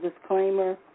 disclaimer